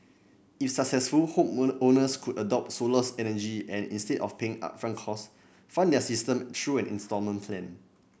if successful homeowners could adopt solar energy and instead of paying upfront costs fund their systems through an instalment plan